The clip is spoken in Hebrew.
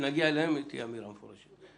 כשנגיע אליהם תהיה אמירה מפורשת.